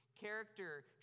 character